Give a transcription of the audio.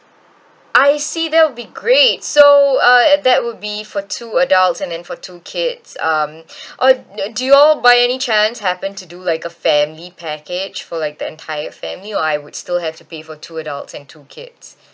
I see that will be great so uh that would be for two adults and then for two kids um or do you all by any chance happen to do like a family package for like the entire family or I would still have to pay for two adults and two kids